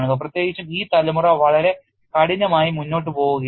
പ്രത്യേകിച്ചും ഈ തലമുറ വളരെ കഠിനമായി മുന്നോട്ട് പോവുകയാണ്